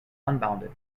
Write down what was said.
unbounded